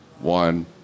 one